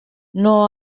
non